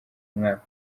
mwaka